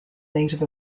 native